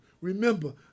Remember